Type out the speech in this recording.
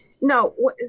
No